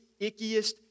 ickiest